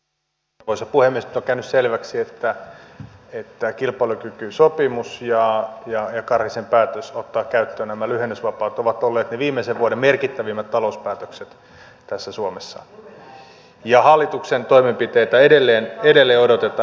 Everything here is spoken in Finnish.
nyt on käynyt selväksi että kilpailukykysopimus ja karhisen päätös ottaa käyttöön lyhennysvapaat ovat olleet ne viimeisen vuoden merkittävimmät talouspäätökset suomessa ja hallituksen toimenpiteitä edelleen odotetaan